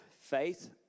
faith